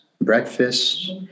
breakfast